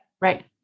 Right